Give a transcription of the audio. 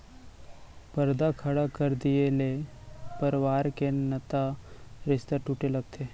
परदा खड़ा कर दिये ले परवार के नता रिस्ता टूटे लगथे